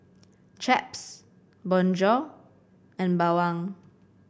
Chaps Bonjour and Bawang